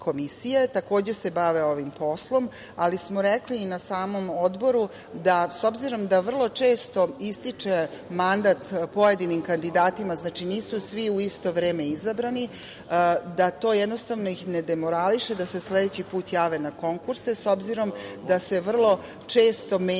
Takođe se bave ovim poslom, ali smo rekli i na samom Odboru da s obzirom da vrlo često ističe mandat pojedinim kandidatima, znači nisu svi u isto vreme izabrani, da to jednostavno ih ne demorališe da se sledeći put jave na konkurse, s obzirom da se vrlo često menjaju